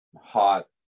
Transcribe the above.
hot